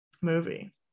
Movie